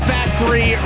Factory